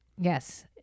Yes